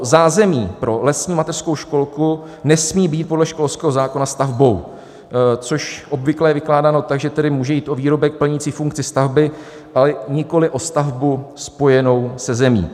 Zázemí pro lesní mateřskou školku nesmí být podle školského zákona stavbou, což je obvykle vykládáno tak, že tedy může jít o výrobek plnící funkci stavby, ale nikoli o stavbu spojenou se zemí.